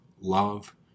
love